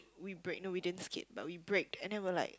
we brake no we didn't skid but we braked and then we were like